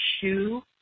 shoe